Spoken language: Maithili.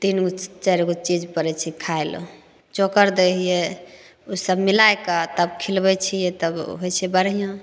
तीनगो चारिगो चीज पड़ैत छै खाइ लए चोकर दै हियै ओसब मिलाइके तब खिलबैत छियै तब होइत छै बढ़िआँ